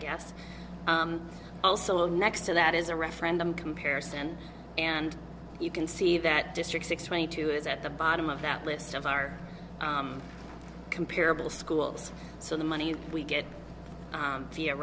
guess also next to that is a referendum comparison and you can see that district six twenty two is at the bottom of that list of our comparable schools so the money we get